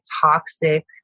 toxic